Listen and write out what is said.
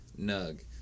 nug